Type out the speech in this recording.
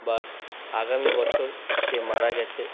but আগামী বছর সে মারা গেছে